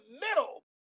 middle